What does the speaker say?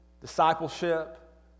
discipleship